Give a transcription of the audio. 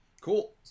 Cool